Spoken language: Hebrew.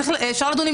אפשר לדון,